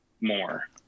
more